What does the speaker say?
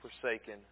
forsaken